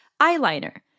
eyeliner